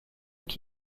qui